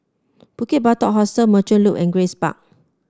Bukit Batok Hostel Merchant Loop and Grace Park